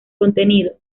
contenido